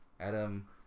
Adam